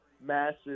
massive